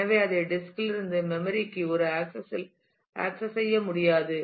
எனவே அதை டிஸ்க் இல் இருந்து மெம்மரி க்கு ஒரு ஆக்சஸ் இல் ஆக்சஸ் செய்ய முடியாது